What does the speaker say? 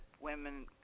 women